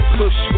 push